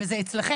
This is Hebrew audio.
וזה אצלכם.